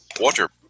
water